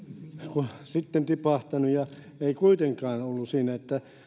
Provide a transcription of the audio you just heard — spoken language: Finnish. ja sitten tipahtanut ja ei kuitenkaan ollut siitä